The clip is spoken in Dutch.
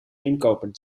inkopen